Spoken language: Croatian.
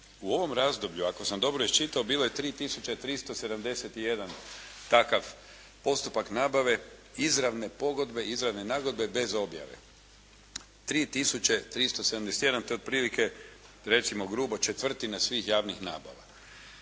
U ovom razdoblju ako sam dobro iščitao bilo je 3 tisuće 371 takav postupak nabave izravne pogodbe, izravne nagodbe bez objave, 3 tisuće 371. To je otprilike recimo grubo četvrtina svih javnih nabava.